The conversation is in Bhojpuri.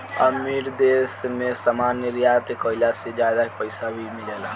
अमीर देश मे सामान निर्यात कईला से ज्यादा पईसा भी मिलेला